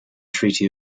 treaty